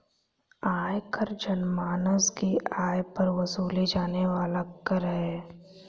आयकर जनमानस के आय पर वसूले जाने वाला कर है